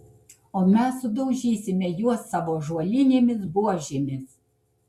o mes sudaužysime juos savo ąžuolinėmis buožėmis